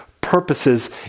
purposes